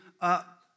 up